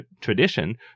tradition